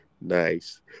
Nice